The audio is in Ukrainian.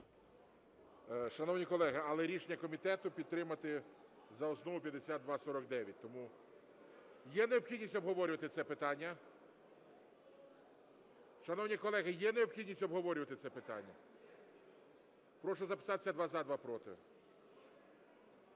Шановні колеги, але рішення комітету підтримати за основу 5249, тому… Є необхідність обговорювати це питання? Шановні колеги, є необхідність обговорювати це питання? Прошу записатися: два – за, два – проти.